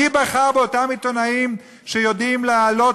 מי בחר באותם בעיתונאים שיודעים להעלות